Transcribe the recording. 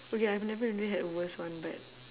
okay I've never really had a worst one but